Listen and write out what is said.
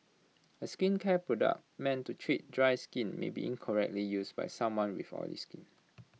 A skincare product meant to treat dry skin may be incorrectly used by someone with oily skin